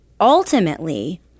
ultimately